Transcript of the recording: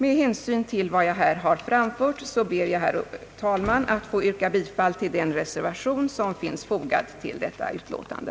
Med hänsyn till vad jag här har framfört ber jag, herr talman, att få yrka bifall till den reservation som finns fogad till detta utlåtande.